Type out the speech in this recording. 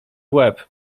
łeb